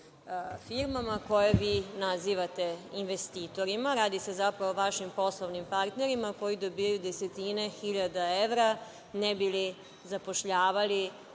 firmama koje vi nazivate investitorima. Radi se zapravo o vašim poslovnim partnerima koji dobijaju desetine hiljada evra ne bi li zapošljavali